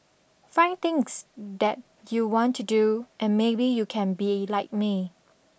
find things that you want to do and maybe you can be like me